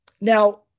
Now